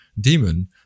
demon